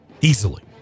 Easily